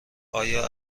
آیا